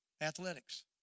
Athletics